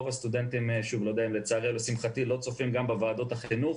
רוב הסטודנטים לא צופים בוועדות החינוך.